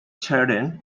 children